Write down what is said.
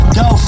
go